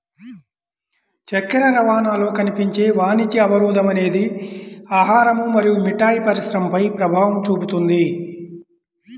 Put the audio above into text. చక్కెర రవాణాలో కనిపించే వాణిజ్య అవరోధం అనేది ఆహారం మరియు మిఠాయి పరిశ్రమపై ప్రభావం చూపుతుంది